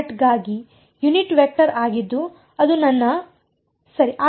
ಇದು ಗಾಗಿ unit vector ಆಗಿದ್ದು ಅದು ನನ್ನ ಸರಿ